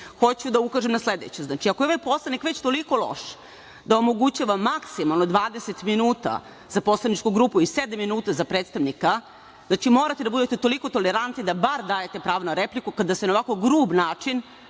hoću da ukažem na sledeće, ako je ovaj Poslovnik toliko loš, da omogućava maksimalno 20 minuta za poslaničku grupu i 7 minuta za predstavnika, znači morate da budete toliko tolerantni da bar dajete pravo na repliku, kada se na ovako grub način